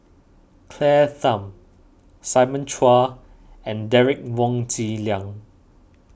Claire Tham Simon Chua and Derek Wong Zi Liang